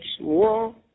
war